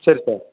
சரி சார்